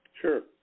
Sure